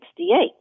1968